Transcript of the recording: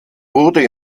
wurde